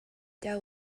there